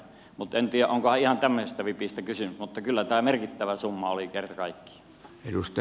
en tiedä onko ihan tämmöisistä vipeistä kysymys mutta kyllä tämä merkittävä summa oli kerta kaikkiaan